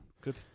Good